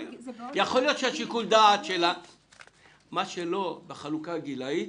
מה שלא בחלוקה הגילאית